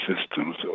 systems